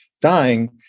dying